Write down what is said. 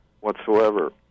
whatsoever